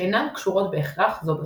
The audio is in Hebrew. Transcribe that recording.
שאינן קשורות בהכרח זו בזו.